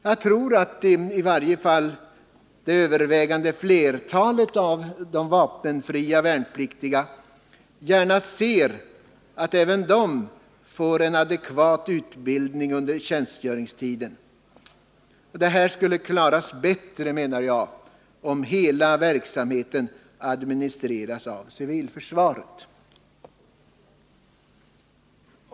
Jag tror att i varje fall det övervägande flertalet av de vapenfria värnpliktiga gärna ser att även de får en adekvat utbildning under tjänstgöringstiden. Detta skulle enligt min mening klaras bättre, om hela verksamheten administrerades av civilförsvaret.